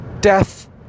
death